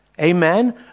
Amen